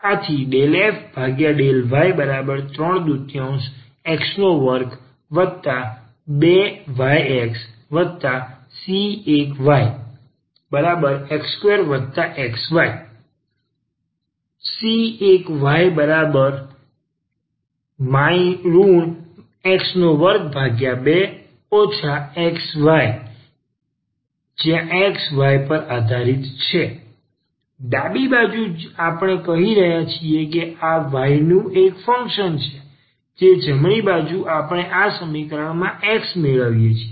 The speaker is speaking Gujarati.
તેથી f32x2yy2xc1 ∂f∂y32x22yxc1y x2xy c1y x22 xy⏟xy પર આધારિત છે ડાબી બાજુ આપણે કહી રહ્યા છીએ કે આ y નું એક ફંક્શન છે જમણી બાજુ આપણે પણ આ સમીકરણમાં x મેળવીએ છીએ